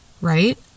Right